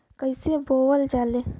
कईसे बोवल जाले?